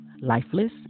lifeless